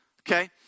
Okay